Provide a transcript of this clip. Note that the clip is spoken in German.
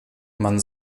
man